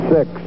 Six